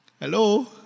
Hello